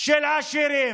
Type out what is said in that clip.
של עשירים,